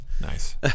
nice